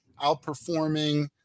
outperforming